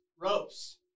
Ropes